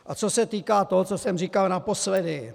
A co se týká, co jsem říkal naposledy.